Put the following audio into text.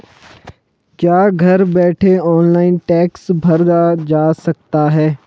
क्या घर बैठे ऑनलाइन टैक्स भरा जा सकता है?